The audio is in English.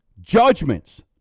Judgments